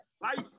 life